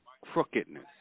crookedness